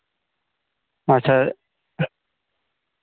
ᱟᱪᱪᱷᱟ